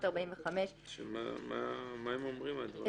1945‏; מה אומרים הדברים האלה?